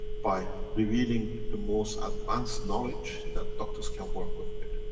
by revealing the most advanced knowledge that doctors can work with it.